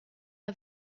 are